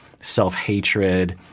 self-hatred